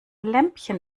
lämpchen